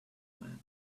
man